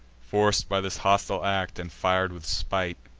forced by this hostile act, and fir'd with spite,